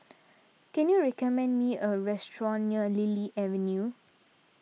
can you recommend me a restaurant near Lily Avenue